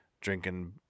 drinking